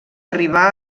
arribà